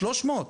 300?